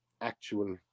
actual